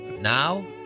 Now